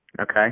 okay